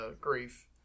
grief